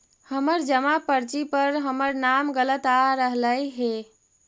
हमर जमा पर्ची पर हमर नाम गलत आ रहलइ हे